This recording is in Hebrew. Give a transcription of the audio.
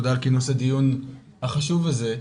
תודה על כינוס הדיון החשוב הזה.